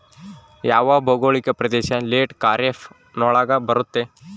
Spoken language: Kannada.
ಯಾವ ಭೌಗೋಳಿಕ ಪ್ರದೇಶ ಲೇಟ್ ಖಾರೇಫ್ ನೊಳಗ ಬರುತ್ತೆ?